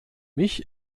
mich